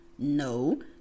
No